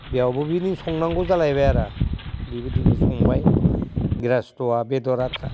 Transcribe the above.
बेयावबो बिनि संनांगौ जालायबाय आरो बिबायदिनो संबाय ग्रिहास्थ'आ बेदरा